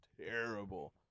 terrible